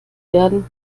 werden